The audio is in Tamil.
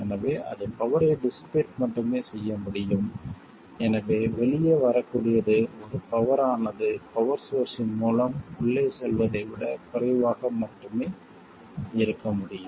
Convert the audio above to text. எனவே அது பவரை டிஸ்ஸிபேட் மட்டுமே செய்ய முடியும் எனவே வெளியே வரக்கூடியது ஒரு பவர் ஆனது பவர் சோர்ஸ்ஸின் மூலம் உள்ளே செல்வதை விட குறைவாக மட்டுமே இருக்க முடியும்